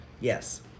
Yes